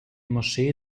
moschee